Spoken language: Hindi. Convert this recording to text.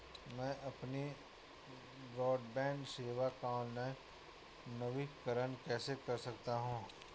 मैं अपनी ब्रॉडबैंड सेवा का ऑनलाइन नवीनीकरण कैसे कर सकता हूं?